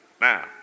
Now